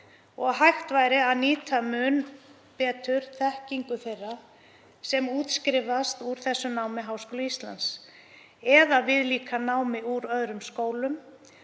Hægt væri að nýta mun betur þekkingu þeirra sem útskrifast úr þessu námi í Háskóla Íslands eða viðlíka námi úr öðrum skólum.